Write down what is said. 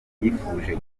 yifuje